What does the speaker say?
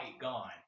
gone